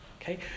Okay